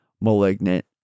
Malignant